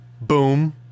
Boom